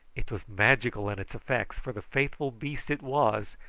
it was magical in its effects, for the faithful beast it was,